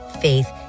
faith